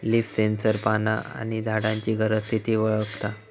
leaf sensor पाना आणि झाडांची गरज, स्थिती वळखता